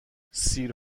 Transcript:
سیر